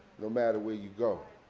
no matter where you go.